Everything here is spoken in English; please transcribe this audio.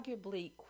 arguably